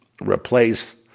replace